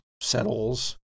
settles